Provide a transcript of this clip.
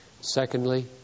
Secondly